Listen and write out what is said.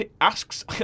asks